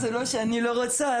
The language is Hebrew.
זה לא שאני לא רוצה,